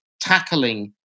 tackling